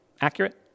accurate